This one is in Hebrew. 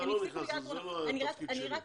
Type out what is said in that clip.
אני לא נכנס לזה, זה לא התפקיד שלי.